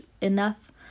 enough